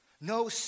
No